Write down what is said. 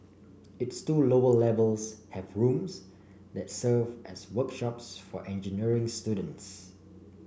its two lower levels have rooms that serve as workshops for engineering students